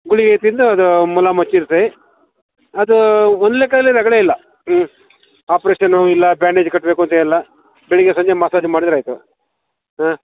ಗುಳಿಗೆ ತಿಂದು ಅದು ಮುಲಾಮು ಹಚ್ಚಿರ ಸೈ ಅದು ಒಂದು ಲೆಕ್ಕದಲ್ಲಿ ರಗಳೆ ಇಲ್ಲ ಆಪರೇಷನ್ನು ಇಲ್ಲ ಬ್ಯಾಂಡೇಜ್ ಕಟ್ಟಬೇಕೂಂತ ಇಲ್ಲ ಬೆಳಿಗ್ಗೆ ಸಂಜೆ ಮಸಾಜ್ ಮಾಡಿದರೆ ಆಯಿತು ಹಾಂ